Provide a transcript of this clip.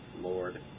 Lord